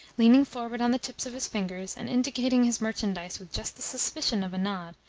leaning forward on the tips of his fingers, and indicating his merchandise with just the suspicion of a nod,